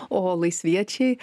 o laisviečiai